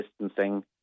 distancing